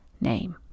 name